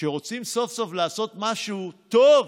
כשרוצים סוף-סוף לעשות משהו טוב,